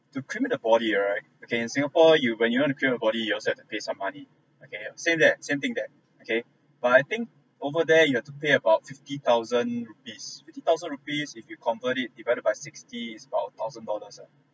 to cremate the body right okay in singapore you when you want to cremate a body you also have to pay some money okay same that same thing that okay but I think over there you have to pay about fifty thousand rupees fifty thousand rupees if you convert it divided by sixty is about thousand dollars ah